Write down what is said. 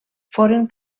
foren